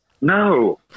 No